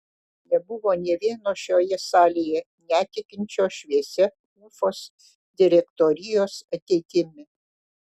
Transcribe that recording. nebuvo nė vieno šioje salėje netikinčio šviesia ufos direktorijos ateitimi